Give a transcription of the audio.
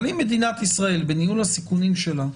אבל אם מדינת ישראל, בניהול הסיכונים שלה,